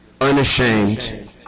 unashamed